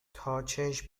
تاچشم